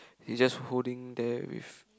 he just holding there with